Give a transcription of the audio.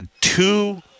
two